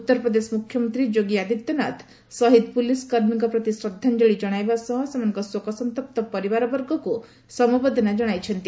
ଉତ୍ତରପ୍ରଦେଶ ମୁଖ୍ୟମନ୍ତ୍ରୀ ଯୋଗୀ ଆଦିତ୍ୟନାଥ ସହିଦ ପୁଲିସ କର୍ମୀଙ୍କ ପ୍ରତି ଶ୍ରଦ୍ଧାଞ୍ଚଳି ଜଣାଇବା ସହ ସେମାନଙ୍କ ଶୋକସନ୍ତପ୍ତ ପରିବାର ବର୍ଗଙ୍କ ନିକଟକୁ ସମବେଦନା ଜଣାଇଛନ୍ତି